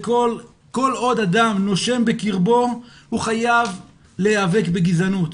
כל עוד אדם נושם בקרבו, הוא חייב להיאבק בגזענות,